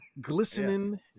glistening